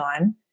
on